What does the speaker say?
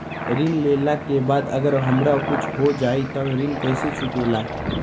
ऋण लेला के बाद अगर हमरा कुछ हो जाइ त ऋण कैसे चुकेला?